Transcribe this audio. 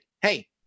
hey